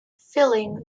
filling